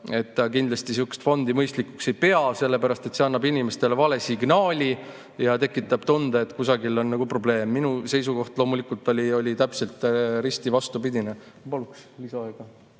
ta kindlasti sihukest fondi mõistlikuks ei pea, sellepärast et see annab inimestele vale signaali ja tekitab tunde, et kusagil on probleem. Minu seisukoht loomulikult oli täpselt risti vastupidine. Ma paluks lisaaega.